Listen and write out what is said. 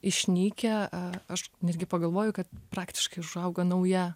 išnykę a aš netgi pagalvoju kad praktiškai užaugo nauja